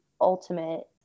ultimate